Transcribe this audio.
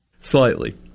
Slightly